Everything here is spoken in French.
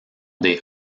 des